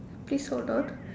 please hold on